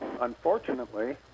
unfortunately